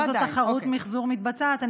אז איזו תחרות מחזור מתבצעת?